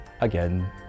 again